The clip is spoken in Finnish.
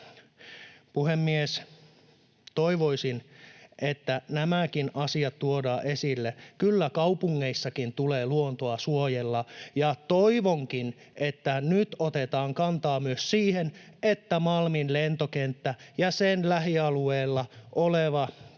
Puhemies! Toivoisin, että nämäkin asiat tuodaan esille. Kyllä kaupungeissakin tulee luontoa suojella. Ja toivonkin, että nyt otetaan kantaa myös siihen, että Malmin lentokenttä ja sen lähialueella oleva tärkeä